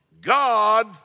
God